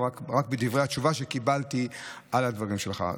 זה רק בדברי התשובה שקיבלתי על הדברים שלך.